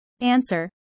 Answer